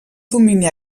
domini